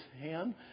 hand